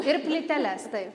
ir plyteles taip